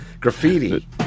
Graffiti